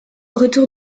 retour